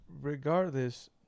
regardless